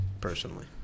personally